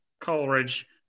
Coleridge